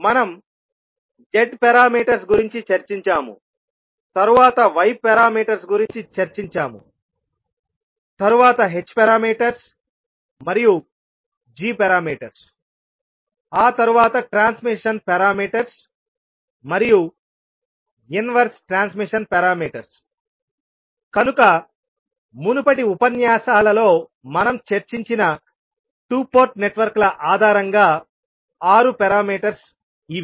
మనం z parameters గురించి చర్చించాము తరువాత y పారామీటర్స్ గురించి చర్చించాము తరువాత h పారామీటర్స్ మరియు g పారామీటర్స్ ఆ తరువాత ట్రాన్స్మిషన్ పారామీటర్స్ మరియు ఇన్వెర్స్ ట్రాన్స్మిషన్ పారామీటర్స్ కనుక మునుపటి ఉపన్యాసాలలో మనం చర్చించిన 2 పోర్ట్ నెట్వర్క్ల ఆధారంగా 6 పారామీటర్స్ ఇవి